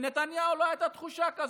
לנתניהו לא הייתה תחושה כזאת,